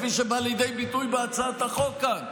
כפי שבא לידי ביטוי בהצעת החוק כאן.